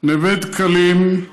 נווה דקלים,